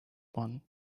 one